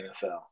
NFL